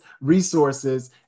resources